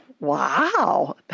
Wow